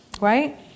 right